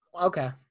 Okay